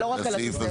לא, לא רק על התוספת.